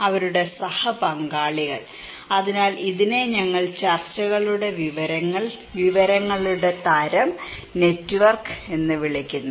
അവരുടെ സഹ പങ്കാളികൾ അതിനാൽ ഇതിനെ ഞങ്ങൾ ചർച്ചകളുടെ വിവരങ്ങൾ വിവരങ്ങളുടെ തരം നെറ്റ്വർക്ക് എന്ന് വിളിക്കുന്നു